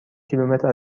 کیلومتر